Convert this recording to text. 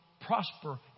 prosper